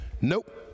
Nope